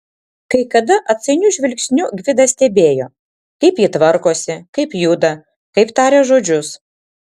kai kada atsainiu žvilgsniu gvidas stebėjo kaip ji tvarkosi kaip juda kaip taria žodžius